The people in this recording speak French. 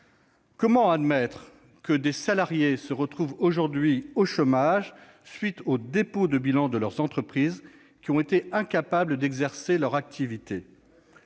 Comment admettre que des salariés se retrouvent aujourd'hui au chômage à la suite du dépôt du bilan de leur entreprise, incapable d'exercer ses activités ?